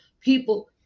people